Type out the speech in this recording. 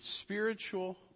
spiritual